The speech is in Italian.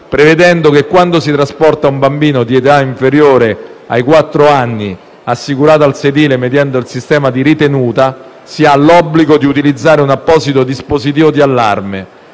prevedendo che, quando si trasporta un bambino di età inferiore ai quattro anni, assicurato al sedile mediante il sistema di ritenuta, si ha l'obbligo di utilizzare un apposito dispositivo di allarme,